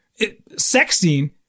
sexting